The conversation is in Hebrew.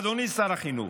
אדוני שר החינוך,